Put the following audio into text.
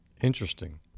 Interesting